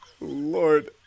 Lord